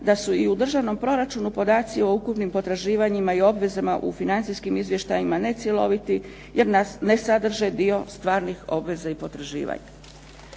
da su i u državnom proračunu podaci o ukupnim potraživanjima i obvezama u financijskim izvještajima ne cjeloviti jer ne sadrže dio stvarnih obveza i potraživanja.